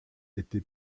été